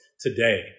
today